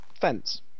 fence